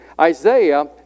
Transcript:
Isaiah